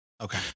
okay